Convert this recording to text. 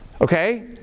Okay